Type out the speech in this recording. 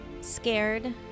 scared